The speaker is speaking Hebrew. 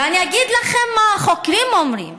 ואני אגיד לכם מה החוקרים אומרים.